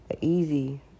easy